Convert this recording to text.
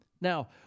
Now